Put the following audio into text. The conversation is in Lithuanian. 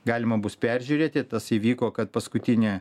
galima bus peržiūrėti tas įvyko kad paskutinė